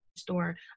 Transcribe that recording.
store